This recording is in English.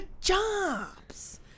jobs